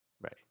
right